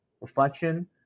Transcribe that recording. reflection